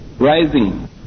rising